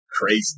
Crazy